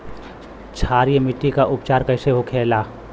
क्षारीय मिट्टी का उपचार कैसे होखे ला?